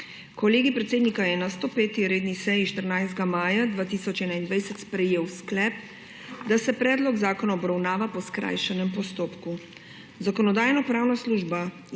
Kolegij predsednika je na 105. redni seji 14. maja 2021 sprejel sklep, da se predlog zakona obravnava po skrajšanem postopku.